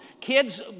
kids